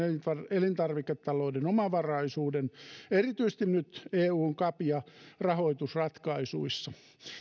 elintarviketalouden omavaraisuuden erityisesti nyt eun cap ja rahoitusratkaisuissa